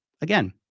Again